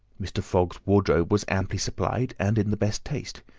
mr. fogg's wardrobe was amply supplied and in the best taste.